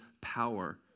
power